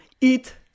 eat